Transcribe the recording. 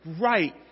right